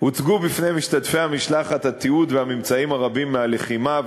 הוצגו בפני משתתפי המשלחת התיעוד והממצאים הרבים מהלחימה,